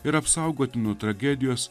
ir apsaugoti nuo tragedijos